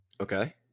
Okay